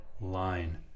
line